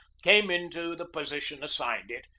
came into the position assigned it,